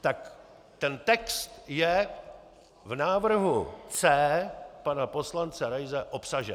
Tak ten text je v návrhu C pana poslance Raise obsažen.